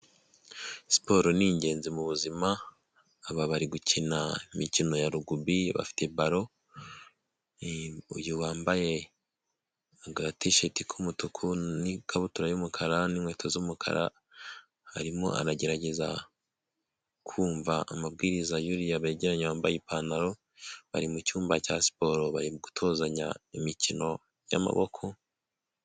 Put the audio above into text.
Siporo ni ingenzi mubu buzima aba bari gukina imikino ya rugubi bafite balo, uyu wambaye agatisheti, k''umutuku n'ikabutura y'umukara n'inkweto z'umukara, arimo anagerageza kumva amabwiriza y'uriya begeranye wambaye ipantaro bari mucyumba cya siporo bari gutozanya imikino y'amaboko.